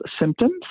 symptoms